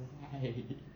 why